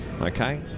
Okay